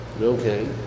okay